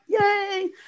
Yay